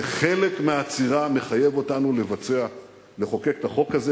וחלק מהעצירה מחייב אותנו לחוקק את החוק הזה,